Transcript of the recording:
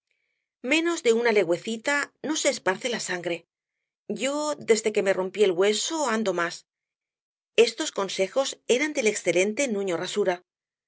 menos de una legüecita no se esparce la sangre yo desde que me rompí el hueso ando más estos consejos eran del excelente nuño rasura